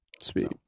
Sweet